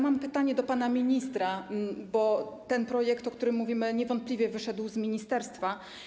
Mam pytanie do pana ministra, bo ten projekt, o którym mówimy, niewątpliwie wyszedł z ministerstwa.